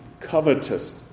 covetous